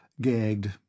gagged